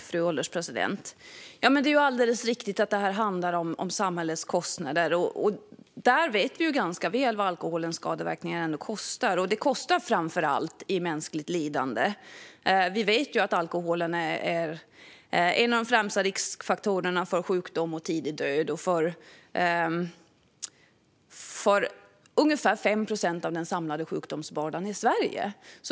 Fru ålderspresident! Det är alldeles riktigt att detta handlar om samhällets kostnader. Vi vet ganska väl vad alkoholens skadeverkningar kostar, och det kostar framför allt i mänskligt lidande. Vi vet att alkoholen är en av de främsta riskfaktorerna för sjukdom och tidig död och att alkohol orsakar ungefär 5 procent av den samlade sjukdomsbördan i Sverige.